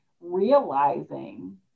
realizing